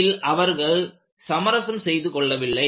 இதில் அவர்கள் சமரசம் செய்து கொள்ளவில்லை